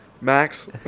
Max